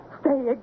Stay